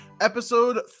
episode